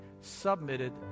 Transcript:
submitted